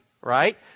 right